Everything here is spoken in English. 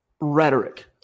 rhetoric